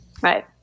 Right